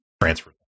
transfer